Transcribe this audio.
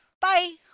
Bye